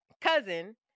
cousin